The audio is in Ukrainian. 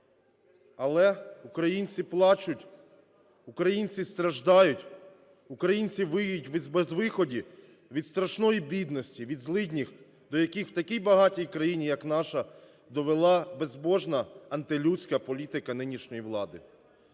Але українці плачуть, українці страждають, українці виють від безвиході, від страшної бідності, від злиднів, до яких в такій багатій країні як наша довела безбожна антилюдська політика нинішньої влади.